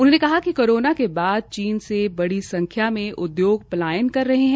उन्होंने कहा कि कोरोना के बाद चीन से बड़ी संख्या में उद्योग पलायन कर रहे है